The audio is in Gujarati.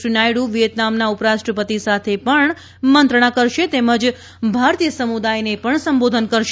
શ્રી નાયડુ વિયેતનામના ઉપરાષ્ટ્રપતિ સાથે મંત્રણા કરશે તેમજ ભારતીય સમુદાયને પણ સંબોધન કરશે